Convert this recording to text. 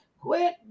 Quit